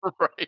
Right